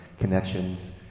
connections